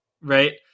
right